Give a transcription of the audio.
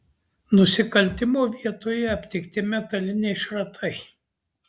nusikaltimo vietoje aptikti metaliniai šratai